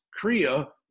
Kriya